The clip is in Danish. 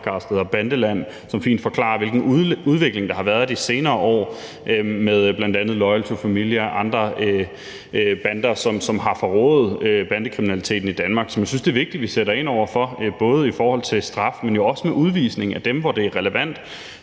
fint forklarer, hvilken udvikling der har været de senere år med bl.a. Loyal To Familia og andre bander, som har forrået bandekriminaliteten i Danmark, som jeg synes det er vigtigt vi sætter ind over for både i forhold til straf, men jo også med udvisning af dem, hvor det er relevant,